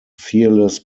fearless